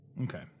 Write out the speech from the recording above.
Okay